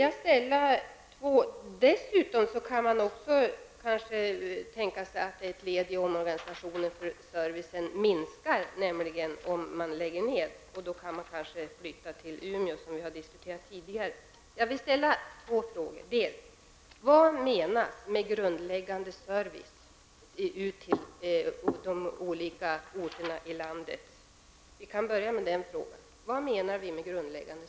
Dessutom kan det tänkas att det är ett led i omorganisationen att servicen minskas. Färjetrafiken läggs ner, och då kan man kanske flytta verksamheten till Umeå -- det har vi diskuterat tidigare. Vad menar vi då med grundläggande service på de olika orterna i landet?